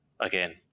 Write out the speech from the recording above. again